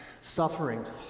Sufferings